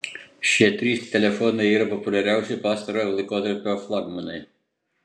šie trys telefonai yra populiariausi pastarojo laikotarpio flagmanai